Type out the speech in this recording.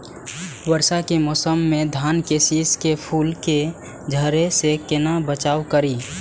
वर्षा के मौसम में धान के शिश के फुल के झड़े से केना बचाव करी?